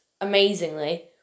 amazingly